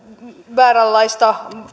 vääränlaista